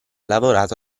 lavorato